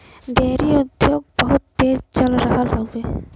dairy उद्योग बहुत तेज चल रहल हउवे